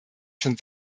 schon